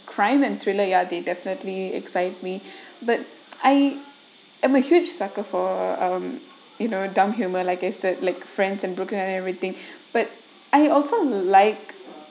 crime and thriller ya they definitely excite me but I am a huge sucker for um you know uh dumb humour like I said like friends and brooklyn and everything but I also like